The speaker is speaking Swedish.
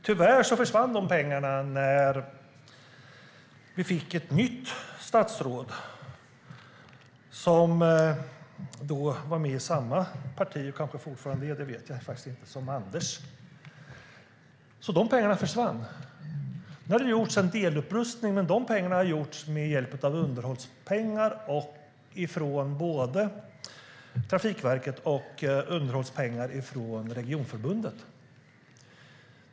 Tyvärr försvann de pengarna när vi fick ett nytt statsråd, som var och kanske fortfarande är - jag vet inte - med i samma parti som Anders. De pengarna försvann. Nu har det gjorts en delupprustning, men det har gjorts med hjälp av underhållspengar från både Trafikverket och Regionförbundet.